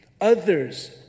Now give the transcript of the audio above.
others